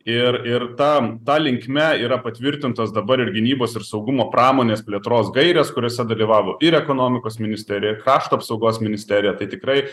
ir ir tam ta linkme yra patvirtintas dabar ir gynybos ir saugumo pramonės plėtros gairės kuriose dalyvavo ir ekonomikos ministerija ir krašto apsaugos ministerija tai tikrai